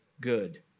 good